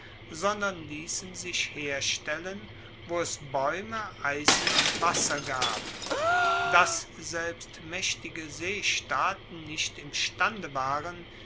sondern liessen sich herstellen wo es baeume eisen und wasser gab dass selbst maechtige seestaaten nicht imstande waren